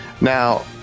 now